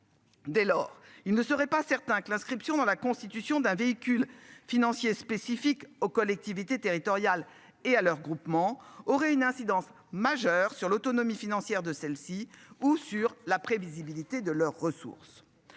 Dès lors, il ne serait pas certain que l'inscription dans la constitution d'un véhicule financier spécifique aux collectivités territoriales et à leurs groupements aurait une incidence majeure sur l'autonomie financière de celle-ci ou sur la prévisibilité de leurs ressources